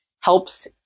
helps